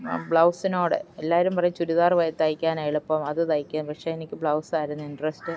ബ്ലൗസിനോട് എല്ലാവരും പറയും ചുരിദാർ തയ്ക്കാനാണ് എളുപ്പം അത് തയ്ക്കാൻ പക്ഷേ എനിക്ക് ബ്ലൗസായിരുന്നു ഇൻ്ററെസ്റ്റ്